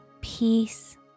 peace